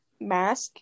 mask